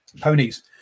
ponies